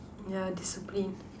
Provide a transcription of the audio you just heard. yeah discipline